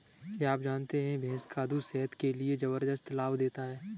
क्या आप जानते है भैंस का दूध सेहत के लिए जबरदस्त लाभ देता है?